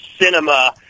cinema